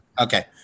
Okay